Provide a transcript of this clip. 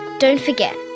don't forget,